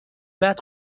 بعد